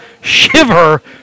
Shiver